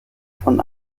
von